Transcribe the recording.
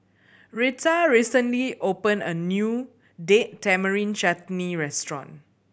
Reta recently opened a new Date Tamarind Chutney restaurant